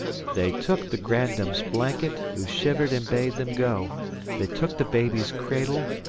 they took the grandma's blanket, who shivered and bade them go they took the baby's cradle,